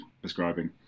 prescribing